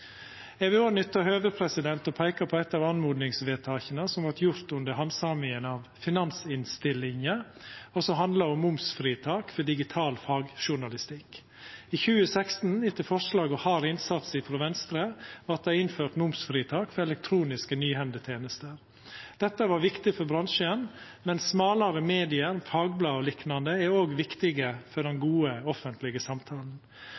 Eg vil òg nytta høvet til å peika på eit av oppmodingsvedtaka som vart gjorde under handsaminga av finansinnstillinga, og som handlar om momsfritak for digital fagjournalistikk. I 2016, etter forslag og hard innsats frå Venstre, vart det innført momsfritak for elektroniske nyhendetenester. Dette var viktig for bransjen, men smalare medium – fagblad o.l. – er òg viktige for den gode, offentlege samtalen.